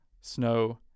snow